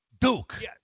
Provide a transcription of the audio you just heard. Duke